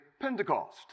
Pentecost